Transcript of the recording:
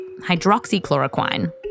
hydroxychloroquine